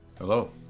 Hello